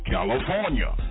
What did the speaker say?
California